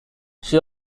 she